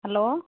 hello